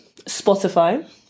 Spotify